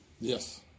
Yes